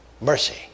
Mercy